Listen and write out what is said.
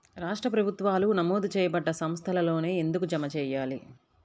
రాష్ట్ర ప్రభుత్వాలు నమోదు చేయబడ్డ సంస్థలలోనే ఎందుకు జమ చెయ్యాలి?